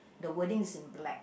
the wording is in black